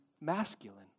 masculine